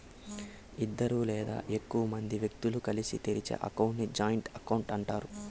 ఇద్దరు లేదా ఎక్కువ మంది వ్యక్తులు కలిసి తెరిచే అకౌంట్ ని జాయింట్ అకౌంట్ అంటారు